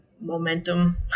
momentum